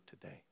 today